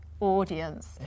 audience